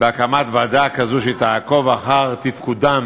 בהקמת ועדה כזו שתעקוב אחר תפקודם